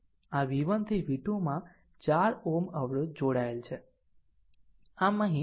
આ v1 થી v2 માં 4 Ω અવરોધ જોડાયેલ છે